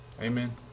Amen